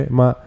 ma